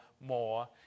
more